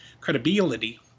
credibility